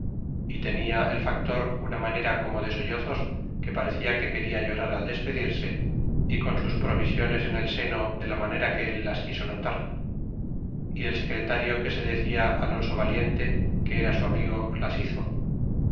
y tenia el factor una manera como de sollozos que parecia que quena llorar al despedirse y con sus provisiones en el seno de la manera que él las quiso notar y el secretario que se decia alonso valiente que era su amigo las hizo